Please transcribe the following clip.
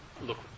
look